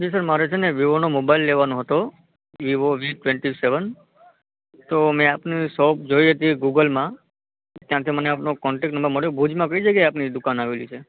જી sir મારે છે ને વિવોનો મોબાઈલ લેવાનો હતો વિવો વી ટવૅન્ટી સૅવન તો મેં આપની શૉપ જોઇ હતી ગૂગલમાં ત્યાંથી મને આપનો કૉન્ટૅક્ટ નંબર મળ્યો ભુજમાં કઈ જગ્યાએ આપની દુકાન આવેલી છે